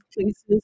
places